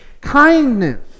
Kindness